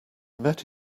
met